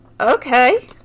Okay